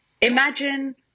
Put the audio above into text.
imagine